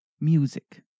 Music